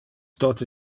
tote